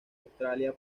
australia